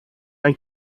ein